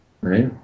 right